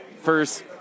First